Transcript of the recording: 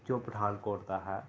ਜੋ ਪਠਾਨਕੋਟ ਦਾ ਹੈ